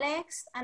אלכס,